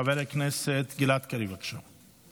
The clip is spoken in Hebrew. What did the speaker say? חבר הכנסת גלעד קריב, בבקשה.